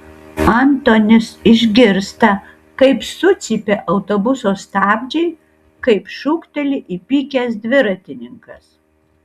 antonis išgirsta kaip sucypia autobuso stabdžiai kaip šūkteli įpykęs dviratininkas